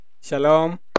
Shalom